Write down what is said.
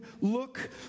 look